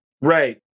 Right